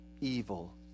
evil